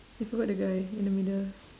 you forgot the guy in the middle